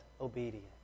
obedient